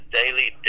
daily